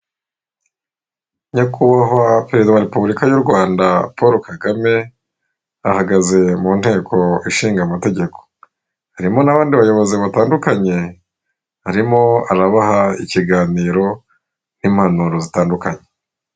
Nyakubahwa perezida wa repubulika y'u Rwanda Paul Kagame, ahagaze mu nteko ishinga amategeko. Harimo n'abandi bayobozi batandukanye, arimo arabaha ikiganiro n'impanuro zitandukanye.